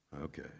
Okay